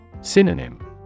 Synonym